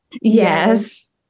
Yes